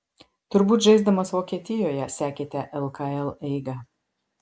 turbūt žaisdamas vokietijoje sekėte lkl eigą